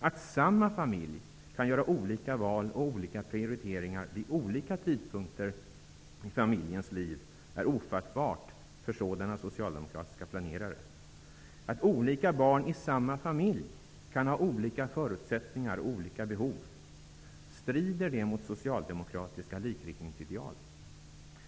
Att samma familj kan göra olika val och olika prioriteringar vid olika tidpunkter i familjens liv är ofattbart för sådana socialdemokratiska planerare. Att olika barn i samma familj kan ha olika förutsättningar och olika behov -- strider det mot socialdemokratiska likriktningsideal?